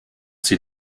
sie